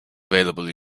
available